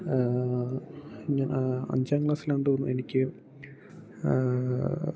അഞ്ചാം ക്ലാസ്സിലാന്ന് തോന്നുന്നു എനിക്ക്